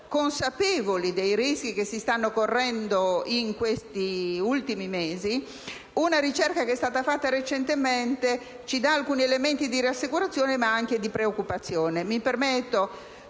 consapevoli dei rischi che si stanno correndo in questi ultimi mesi, una ricerca condotta recentemente dà elementi di rassicurazione e di preoccupazione.